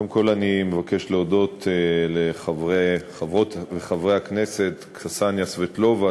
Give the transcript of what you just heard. קודם כול אני מבקש להודות לחברות וחברי הכנסת קסניה סבטלובה,